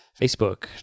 Facebook